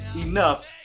enough